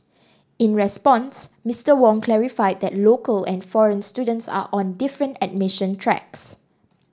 in response Mister Wong clarified that local and foreign students are on different admission tracks